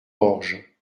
orge